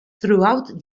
throughout